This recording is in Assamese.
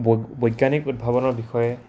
বৈজ্ঞানিক উদ্ভাৱনৰ বিষয়ে